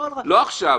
לא עכשיו,